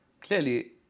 clearly